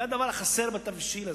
זה הדבר החסר בתבשיל הזה.